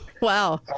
Wow